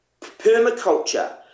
permaculture